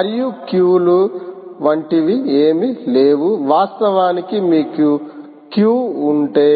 మరియు క్యూలు వంటివి ఏవీ లేవు వాస్తవానికి మీకు క్యూ ఉంటే